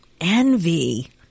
Envy